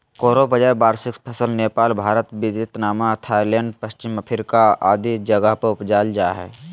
कोडो बाजरा वार्षिक फसल नेपाल, भारत, वियतनाम, थाईलैंड, पश्चिम अफ्रीका आदि जगह उपजाल जा हइ